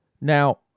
Now